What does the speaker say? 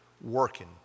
working